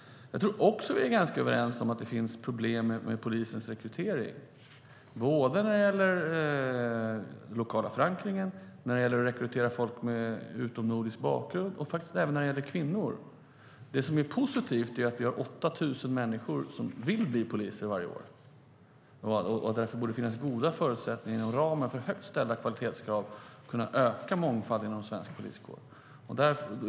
Jag tror också att vi är överens om att det finns problem med rekryteringen till polisen när det gäller den lokala förankringen, folk med utomnordisk bakgrund och kvinnor. Det positiva är att det varje år finns 8 000 människor som vill bli poliser, och det borde därför finnas goda förutsättningar inom ramen för högt ställda kvalitetskrav att kunna öka mångfalden inom svensk poliskår.